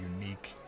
unique